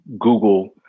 google